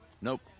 Nope